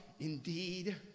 indeed